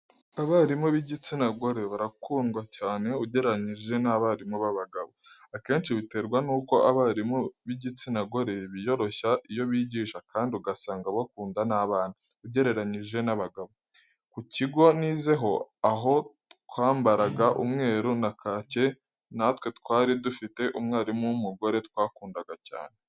Abarimu b'igitsina gore barakundwa cyane ugereranyije n'abarimu b'abagabo. Akenshi biterwa n'uko abarimu b'igitsina gore biyoroshya iyo bigisha kandi ugasanga bakunda n'abana ugereranyije n'abagabo. Ku kigo nizeho aho twambaraga umweru na kake natwe twari dufite umwarimu w'umugore twakundaga cyane.